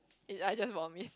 it I just vomit